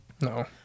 No